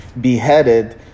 beheaded